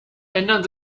ändern